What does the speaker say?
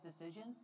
decisions